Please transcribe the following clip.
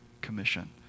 Commission